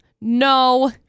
No